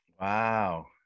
Wow